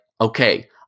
okay